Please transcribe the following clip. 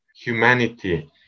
humanity